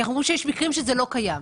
כי אנחנו אומרים שיש מקרים שזה לא קיים,